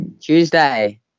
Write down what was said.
Tuesday